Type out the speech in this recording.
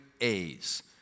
A's